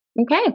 Okay